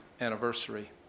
anniversary